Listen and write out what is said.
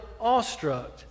awestruck